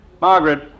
Margaret